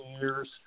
years